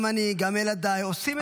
גם אני, גם ילדיי עושים את זה.